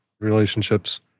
relationships